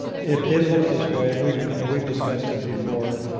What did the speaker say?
it it looks this way. and we've you know we've discussed it before.